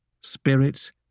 spirits